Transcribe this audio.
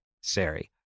Sari